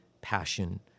passion